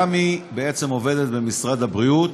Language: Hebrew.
גם היא בעצם עובדת במשרד הבריאות,